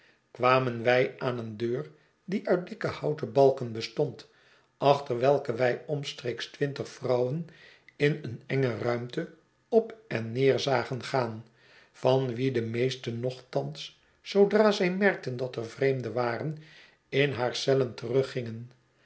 kwamen wij aan een deur die uit dikke houten balken bestond achter welke wij omstreeks twintig vrouwen in een enge ruimte op en neer zagen gaan van wie de rneeste nochtans zoodra zij merkten dat er vreemden waren in haar cellen